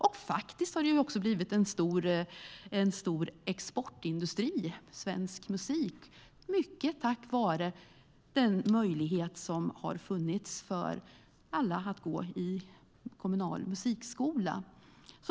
Svensk musik har faktiskt också blivit en stor exportindustri, i mångt och mycket tack vare den möjlighet som har funnits för alla att gå i kommunal musikskola.